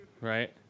Right